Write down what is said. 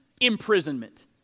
imprisonment